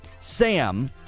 sam